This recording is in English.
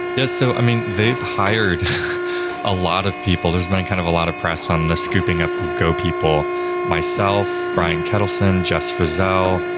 yes. so i mean, they've hired a lot of people. there's been kind of a lot of press on the scooping up of go people myself, brian ketelsen, jessie frazelle,